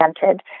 presented